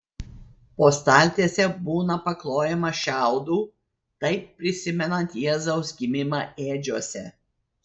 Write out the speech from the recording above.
po staltiese būna paklojama šiaudų taip prisimenant jėzaus gimimą ėdžiose